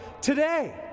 today